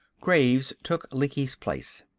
graves took lecky's place.